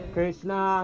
Krishna